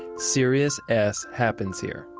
serious s happens here.